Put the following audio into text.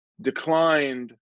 declined